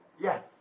Yes